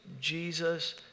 Jesus